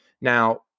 Now